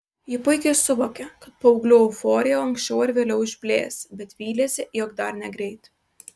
ji puikiai suvokė kad paauglių euforija anksčiau ar vėliau išblės bet vylėsi jog dar negreit